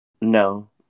No